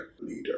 leader